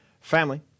family